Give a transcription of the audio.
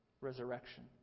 resurrection